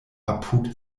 apud